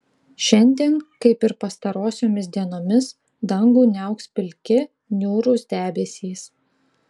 šiandien kaip ir pastarosiomis dienomis dangų niauks pilki niūrūs debesys